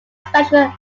special